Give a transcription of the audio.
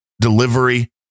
delivery